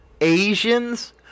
Asians